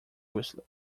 whistling